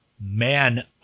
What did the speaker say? man